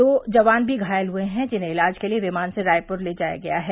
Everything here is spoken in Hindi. दो जवान घायल भी हुए हैं जिन्हें इलाज के लिए विमान से रायपुर ले जाया गया है